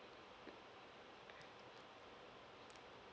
mm